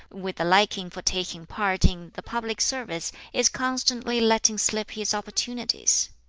with a liking for taking part in the public service, is constantly letting slip his opportunities?